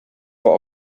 war